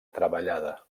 treballada